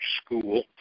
school